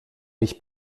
mich